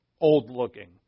old-looking